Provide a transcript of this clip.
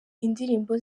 indirimbo